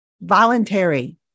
voluntary